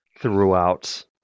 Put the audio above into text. throughout